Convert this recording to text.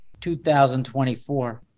2024